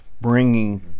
bringing